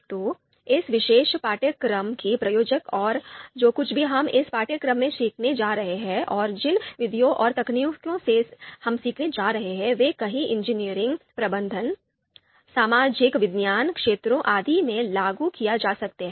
तो इस विशेष पाठ्यक्रम की प्रयोज्यता और जो कुछ भी हम इस पाठ्यक्रम में सीखने जा रहे हैं और जिन विधियों और तकनीकों से हम सीखने जा रहे हैं वे कई इंजीनियरिंग प्रबंधन सामाजिक विज्ञान क्षेत्रों आदि में लागू किए जा सकते हैं